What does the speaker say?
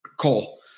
Cole